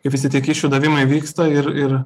kaip visi tie kyšių davimai vyksta ir ir